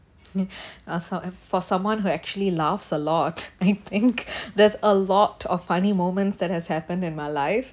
uh so~ for someone who actually laughs a lot I think there's a lot of funny moments that has happened in my life